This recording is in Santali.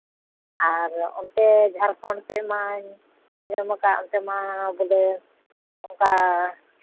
ᱟᱨ ᱚᱱᱛᱮ ᱡᱷᱟᱲᱠᱷᱚᱸᱰ ᱥᱮᱜ ᱢᱟ ᱟᱸᱡᱚᱢ ᱟᱠᱟᱫ ᱚᱱᱛᱮ ᱢᱟ ᱵᱚᱞᱮ ᱚᱱᱠᱟ